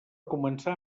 començar